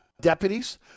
Deputies